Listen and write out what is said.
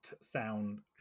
sound